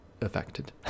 affected